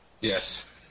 Yes